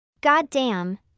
Goddamn